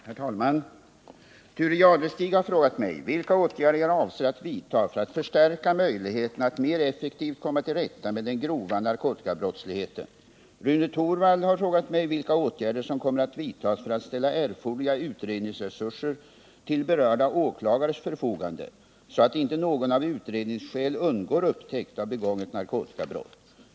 Herr talman! Thure Jadestig har frågat mig vilka åtgärder jag avser att vidta för att förstärka möjligheterna att mer effektivt komma till rätta med den grova narkotikabrottsligheten. Rune Torwald har frågat mig vilka åtgärder som kommer att vidtas för att ställa erforderliga utredningsresurser till berörda åklagares förfogande, så att inte någon av utredningsskäl undgår upptäckt av begånget narkotikabrott.